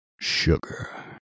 sugar